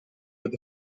with